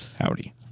howdy